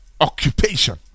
occupation